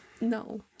No